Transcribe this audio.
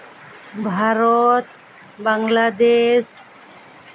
Bharat Bangladesh